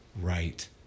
right